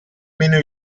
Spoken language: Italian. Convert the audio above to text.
meno